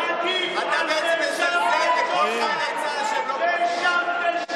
עדיף על נאשם בשוחד והפרת אמונים.